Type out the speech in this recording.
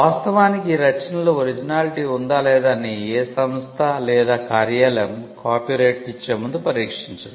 వాస్తవానికి ఈ రచనలో 'ఒరిజినాలిటీ' ఉందా లేదా అని ఏ సంస్థ లేదా కార్యాలయం కాపీరైట్ ఇచ్చే ముందు పరీక్షించదు